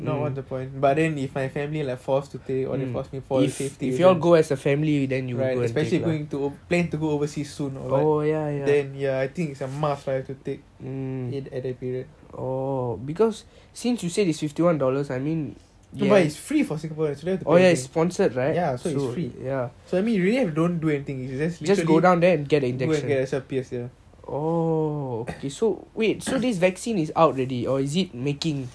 for safety reasons right especially going to a plane to go overseas soon or what then ya I think it's a must that I have to take at that period not but is free for singaporeans ya so is free so you really don't have to do anything you just literally go and get yourself pierced end of december the first batch will come to singapore